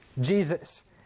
Jesus